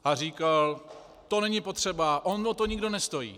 A říkal: to není potřeba, on o to nikdo nestojí.